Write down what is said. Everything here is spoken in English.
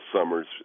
summers